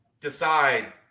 decide